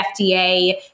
FDA